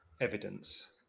evidence